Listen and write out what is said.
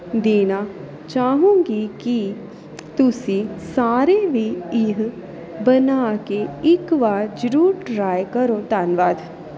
ਦੇਣਾ ਚਾਹੂੰਗੀ ਕਿ ਤੁਸੀਂ ਸਾਰੇ ਵੀ ਇਹ ਬਣਾ ਕੇ ਇੱਕ ਵਾਰ ਜ਼ਰੂਰ ਟਰਾਏ ਕਰੋ ਧੰਨਵਾਦ